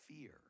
fear